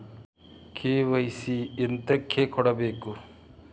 KYC ಎಂತಕೆ ಕೊಡ್ಬೇಕು?